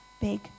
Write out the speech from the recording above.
big